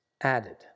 added